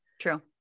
True